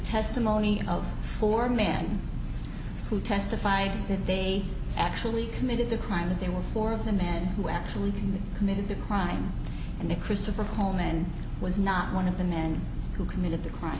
testimony of four men who testified that they actually committed the crime that there were four of the men who actually committed the crime and they christopher coleman was not one of the men who committed the crime